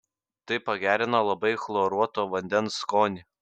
tai pagerina labai chloruoto vandens skonį